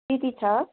छ